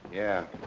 yeah,